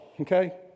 okay